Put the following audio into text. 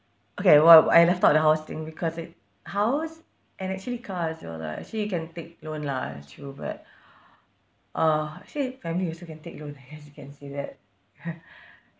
okay what I left out the house thing because it house and actually cars as well lah actually you can take loan lah true but uh actually family also can take loan yes you can say that